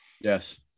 Yes